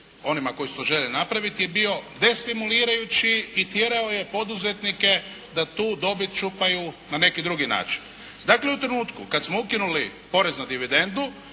onima koji su to željeli napraviti je bio destimulirajući i tjerao je poduzetnike da tu dobit čupaju na neki drugi način. Dakle, u trenutku kada smo ukinuli porez na dividendu,